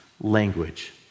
language